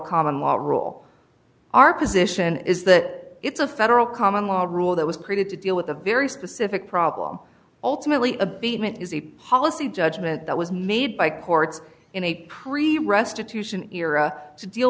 common what role our position is that it's a federal common law rule that was created to deal with a very specific problem ultimately abatement is a policy judgment that was made by courts in a pre we rested tousen era to deal